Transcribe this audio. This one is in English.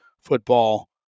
football